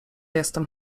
jestem